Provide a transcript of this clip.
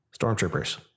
Stormtroopers